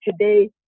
today